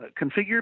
configure